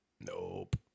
Nope